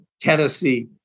Tennessee